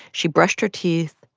she brushed her teeth,